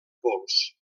pols